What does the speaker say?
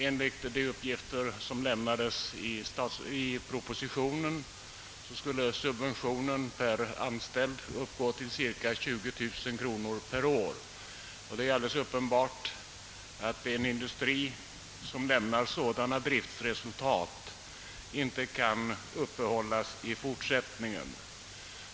Enligt de uppgifter som lämnades i propositionen skulle subventionen per anställd uppgå till cirka 20000 kronor per år. Det är alldeles uppenbart att en industri som lämnar sådana driftresultat inte kan upprätthållas i fortsättningen.